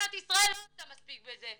ומדינת ישראל לא עושה מספיק בזה.